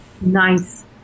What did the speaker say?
Nice